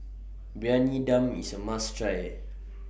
Briyani Dum IS A must Try